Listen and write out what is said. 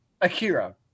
Akira